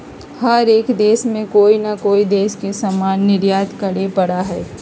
हर एक देश के कोई ना कोई देश से सामान निर्यात करे पड़ा हई